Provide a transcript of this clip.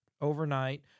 overnight